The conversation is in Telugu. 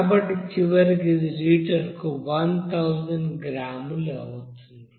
కాబట్టి చివరికి ఇది లీటరుకు 1000 గ్రాములు అవుతుంది